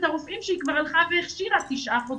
הרופאים שהיא כבר הלכה והכשירה תשעה חודשים.